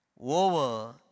over